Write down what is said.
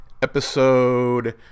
Episode